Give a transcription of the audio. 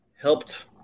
Helped